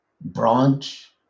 branch